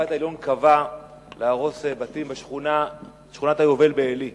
בית-המשפט העליון קבע להרוס בתים בשכונת-היובל בעלי.